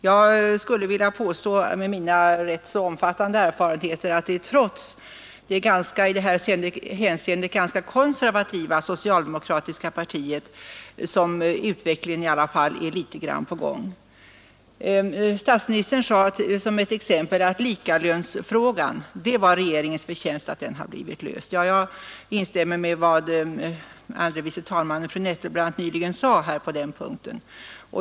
Jag skulle vilja påstå, med mina rätt omfattande erfarenheter, att det är trots det i det här hänseendet ganska konservativa socialdemokratiska partiet som utvecklingen ändå i viss mån är på gång. Statsministern sade som ett exempel att det är regeringens förtjänst att likalönsfrågan blivit löst. Jag instämmer i vad fru andre vice talmannen Nettelbrandt sade på den punkten.